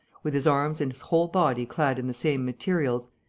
with his arms and his whole body clad in the same materials,